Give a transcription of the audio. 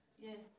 Yes